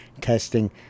testing